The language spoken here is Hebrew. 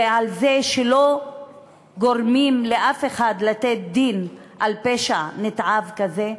ועל זה שלא גורמים לאף אחד לתת דין על פשע נתעב כזה?